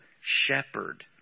shepherd